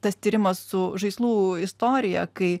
tas tyrimas su žaislų istorija kai